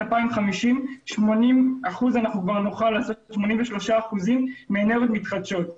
2050 83% נוכל לעשות מאנרגיות מתחדשות.